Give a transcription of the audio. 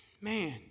Man